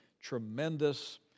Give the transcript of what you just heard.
tremendous